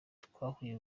twahuye